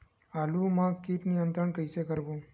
आलू मा कीट नियंत्रण कइसे करबो?